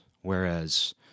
whereas